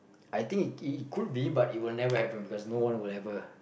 I think it it could be but it will never happen because no one will ever